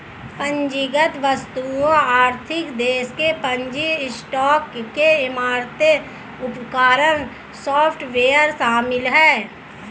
पूंजीगत वस्तुओं आर्थिक देश के पूंजी स्टॉक में इमारतें उपकरण सॉफ्टवेयर शामिल हैं